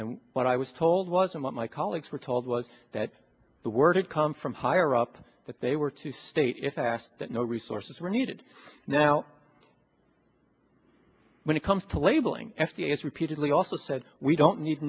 and what i was told was and what my colleagues were told was that the word come from higher up that they were to state in fact that no resources were needed now when it comes to labeling f d a has repeatedly also said we don't need